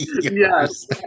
Yes